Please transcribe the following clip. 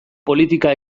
politika